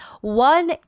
One